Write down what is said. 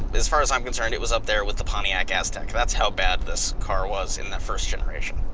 as far as i'm concerned, it was up there with the pontiac aztec, that's how bad this car was in the first generation.